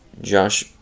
Josh